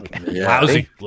Lousy